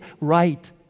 right